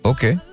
Okay